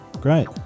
Great